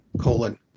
colon